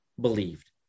believed